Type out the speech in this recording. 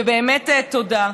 ובאמת תודה.